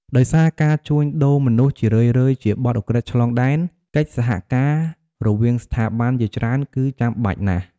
ដោយសារការជួញដូរមនុស្សជារឿយៗជាបទឧក្រិដ្ឋឆ្លងដែន កិច្ចសហការរវាងស្ថាប័នជាច្រើនគឺចាំបាច់ណាស់។